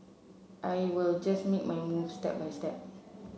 I will just make my move step by step